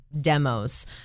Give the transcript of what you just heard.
Demos